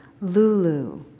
Lulu